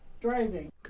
driving